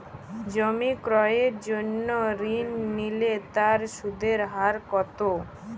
জমি ক্রয়ের জন্য ঋণ নিলে তার সুদের হার কতো?